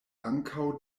ankaŭ